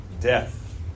Death